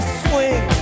swing